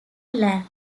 lab